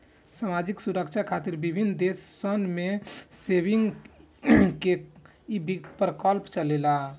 सामाजिक सुरक्षा खातिर विभिन्न देश सन में सेविंग्स के ई प्रकल्प चलेला